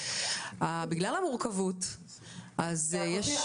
בגלל המורכבות אז יש.